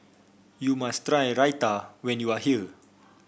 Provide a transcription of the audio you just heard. you must try Raita when you are here